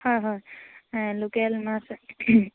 হয় হয় লোকেল মাছ